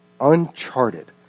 uncharted